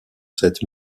cette